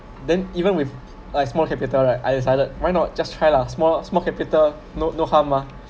then even with like small capital right I decided why not just try lah small small capital no no harm mah